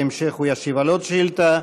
בהמשך הוא ישיב על עוד שאילתה.